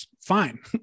Fine